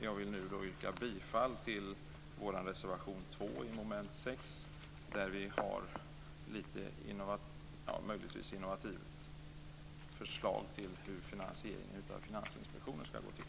Jag yrkar bifall till vår reservation 2 under mom. 6, där vi har ett, möjligtvis innovativt, förslag till hur finansieringen av Finansinspektionen ska gå till.